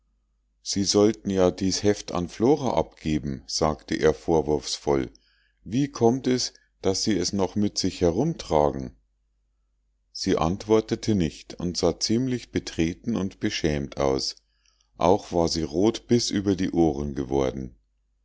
sie sollten ja dies heft an flora abgeben sagte er vorwurfsvoll wie kommt es daß sie es noch mit sich herumtragen sie antwortete nicht und sah ziemlich betreten und beschämt aus auch war sie rot bis über die ohren geworden